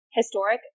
historic